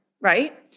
Right